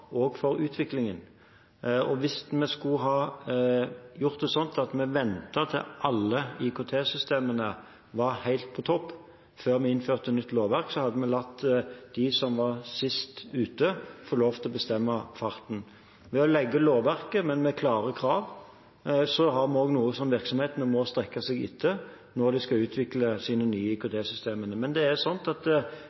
rammer for utviklingen. Hvis vi skulle gjort det sånn at vi ventet til alle IKT-systemene var helt på topp før vi innførte nytt lovverk, hadde vi latt dem som var sist ute, få lov til å bestemme farten. Ved å legge lovverket, men med klare krav, har vi også noe som virksomhetene må strekke seg etter når de skal utvikle sine nye